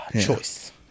choice